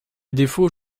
défaut